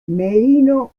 merino